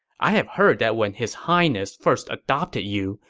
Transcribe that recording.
i've heard that when his highness first adopted you,